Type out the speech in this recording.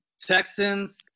Texans